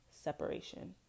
separation